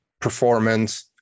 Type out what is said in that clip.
performance